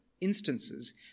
instances